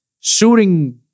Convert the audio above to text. shooting